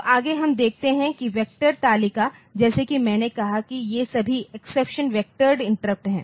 तो आगे हम देखते हैं कि वेक्टर तालिका जैसा कि मैंने कहा कि ये सभी एक्सेप्शन वेवेक्टोरेड इंटरप्ट हैं